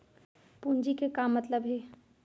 पूंजी के का मतलब हे?